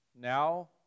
now